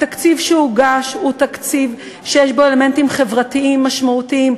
התקציב שהוגש הוא תקציב שיש בו אלמנטים חברתיים משמעותיים,